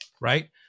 right